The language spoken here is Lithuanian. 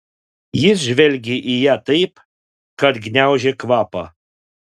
jis žvelgė į ją taip kad gniaužė kvapą